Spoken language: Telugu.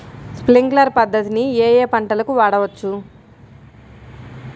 స్ప్రింక్లర్ పద్ధతిని ఏ ఏ పంటలకు వాడవచ్చు?